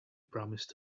promised